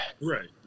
Right